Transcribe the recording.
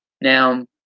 now